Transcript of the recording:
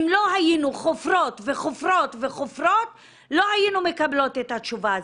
אם לא היינו חופרות וחופרות וחופרות לא היינו מקבלות את התשובה הזו.